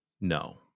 No